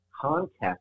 context